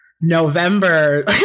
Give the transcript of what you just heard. November